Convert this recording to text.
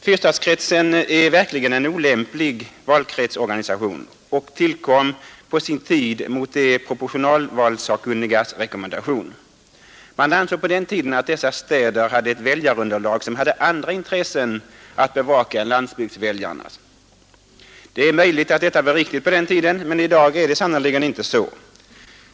Fyrstadskretsen är verkligen en olämplig valkretsorganisation och tillkom på sin tid mot de proportionalvalssakkunnigas rekommendation. Man ansåg på den tiden att dessa städer hade ett väljarunderlag, som hade andra intressen att bevaka än landsbygdsväljarna i länet. Det är möjligt att detta var riktigt på den tiden, men i dag är det sannerligen inte så.